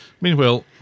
Meanwhile